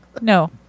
No